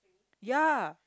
ya